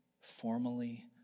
formally